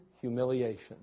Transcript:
humiliation